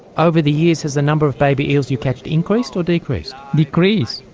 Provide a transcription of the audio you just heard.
over the years has the number of baby eels you catch increased or decreased? decreased.